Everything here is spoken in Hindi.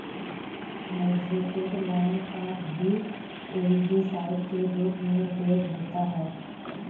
हाइड्रेटेड लाइम का भी एल्गीसाइड के रूप में उपयोग होता है